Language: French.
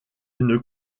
une